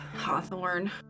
Hawthorne